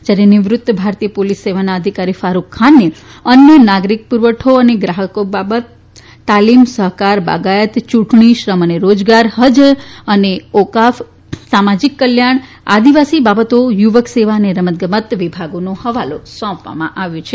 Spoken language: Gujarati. જયારે નિવૃત ભારતીય પોલીસ સેવાના અધિકારી ફારૂક ખાનને અન્ન નાગરીક પુરવઠો અને ગ્રાહક બાબતો તાલીમ સહકાર બાગાયત યુંટણી શ્રમ અને રોજગાર ફજ અને ઓકાફ સામાજિક કલ્યાણ આદિવાસી બાબતો યુવક સેવા અને રમત ગમત વિભાગોનો હવાલો સોંપવામાં આવ્યો છે